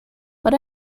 but